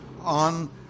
on